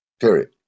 Period